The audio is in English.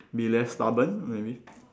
be less stubborn maybe